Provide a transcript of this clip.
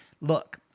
look